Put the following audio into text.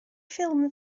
ffilm